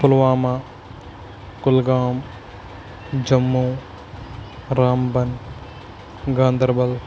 Pulwama Kulgam Jammu Ramban Ganderbal